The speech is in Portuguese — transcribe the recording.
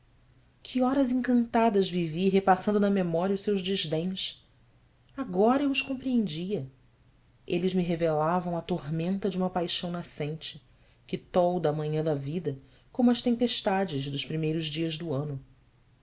que horas encantadas vivi repassando na memória os seus desdéns agora eu os compreendia eles me revelavam a tormenta de uma paixão nascente que tolda a manhã da vida como as tempestades dos primeiros dias do ano